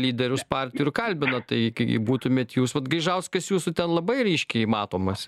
lyderius partijų ir kalbina tai kai būtumėt jūs vat gaižauskas jūsų ten labai ryškiai matomas